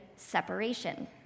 Separation